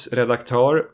redaktör